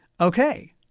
Okay